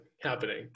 happening